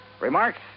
Remarks